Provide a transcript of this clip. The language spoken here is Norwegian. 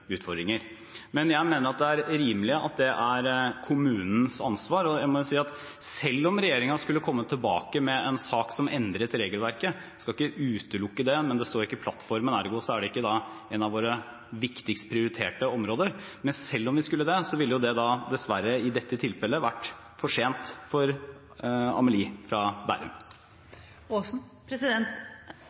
utfordringer. Men jeg mener at det er rimelig at det er kommunens ansvar. Jeg må jo si at selv om regjeringen skulle komme tilbake med en sak som endret regelverket – jeg skal ikke utelukke det, men det står ikke i plattformen, ergo er det ikke et av våre viktigste, prioriterte områder – ville det dessverre i dette tilfellet være for sent for Amelie fra Bærum.